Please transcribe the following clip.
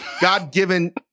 God-given